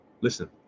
Listen